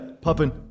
Popping